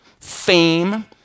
fame